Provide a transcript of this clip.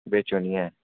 बेचो निं ऐ